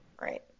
Right